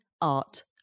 Art